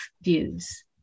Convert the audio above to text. views